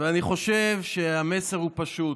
חושב שהמסר הוא פשוט.